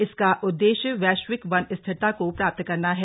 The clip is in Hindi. इसका उद्देश्य वैश्विक वन स्थिरता को प्राप्त करना है